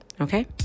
okay